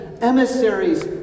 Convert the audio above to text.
emissaries